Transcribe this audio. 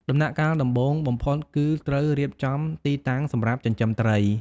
ដំណាក់កាលដំបូងបំផុតគឺត្រូវរៀបចំទីតាំងសម្រាប់ចិញ្ចឹមត្រី។